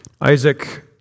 Isaac